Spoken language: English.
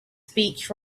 speech